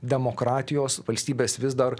demokratijos valstybės vis dar